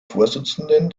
vorsitzenden